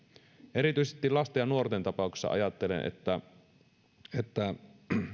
erityisesti lasten ja nuorten tapauksessa ajattelen että